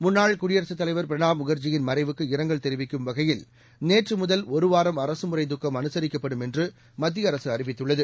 முன்னாள் குடியரசுத் தலைவர் பிரணாப் முகர்ஜியின் மறைவுக்கு இரங்கல் தெரிவிக்கும் வகையில் நேற்று முதல் ஒரு வாரம் அரசமுறை துக்கம் அனுசரிக்கப்படும் என்று மத்திய அரசு அறிவித்துள்ளது